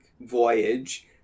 voyage